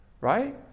right